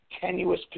tenuous